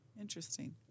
Interesting